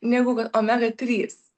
negu kad omega trys